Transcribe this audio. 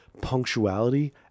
Punctuality